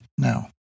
Now